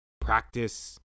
practice